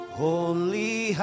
holy